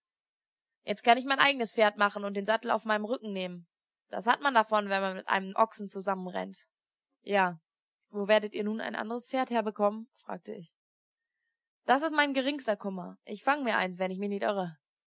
jetzt kann ich mein eigenes pferd machen und den sattel auf meinen rücken nehmen das hat man davon wenn man mit einem ochsen zusammenrennt ja wo werdet ihr nun ein anderes pferd herbekommen fragte ich das ist mein geringster kummer ich fange mir eins wenn ich mich nicht irre